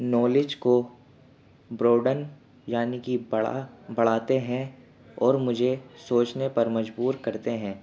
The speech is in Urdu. نولج کو بروڈن یعنی کہ بڑا بڑھاتے ہیں اور مجھے سوچنے پر مجبور کرتے ہیں